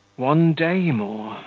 one day more,